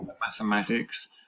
mathematics